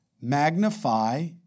Magnify